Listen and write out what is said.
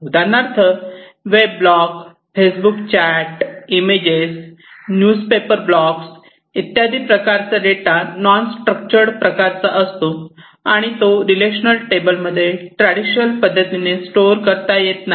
उदाहरणार्थ web blog Facebook chat images newspapers blog इत्यादी प्रकारचा डेटा नॉन स्ट्रक्चर्ड प्रकारचा असतो आणि तो रिलेशनल टेबलमध्ये ट्रॅडिशनल पद्धतीने स्टोअर करता येत नाही